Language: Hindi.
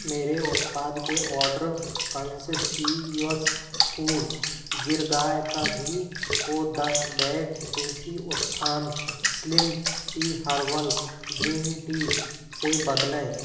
मेरे उत्पाद के ऑर्डर कॉन्ससियस फ़ूड गिर गाय का घी को दस bag Desi Utthan slim tea herbal green tea से बदलें